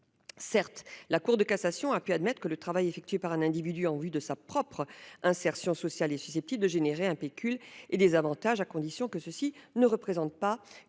Certes, la Cour de cassation a pu admettre que le travail effectué par un individu en vue de sa propre insertion sociale était susceptible de générer un pécule et des avantages, à condition que ceux-ci ne relèvent pas